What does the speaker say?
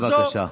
בבקשה.